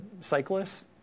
cyclists